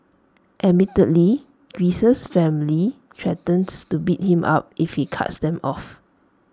admittedly Greece's family threatens to beat him up if he cuts them off